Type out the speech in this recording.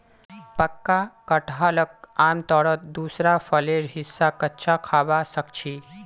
पक्का कटहलक आमतौरत दूसरा फलेर हिस्सा कच्चा खबा सख छि